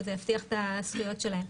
שזה יבטיח את הזכויות שלהם.